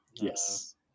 Yes